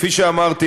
כפי שאמרתי,